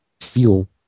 feel